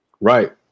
Right